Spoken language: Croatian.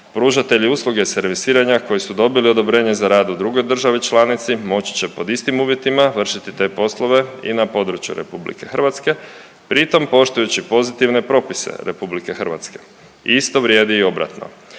Pružatelji usluge servisiranja koji su dobili odobrenja za rad u drugoj državi članici moći će pod istim uvjetima vršiti te poslove i na području RH pri tom poštujući pozitivne propise RH i isto vrijedi i obratno.